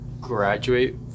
graduate